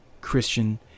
Christian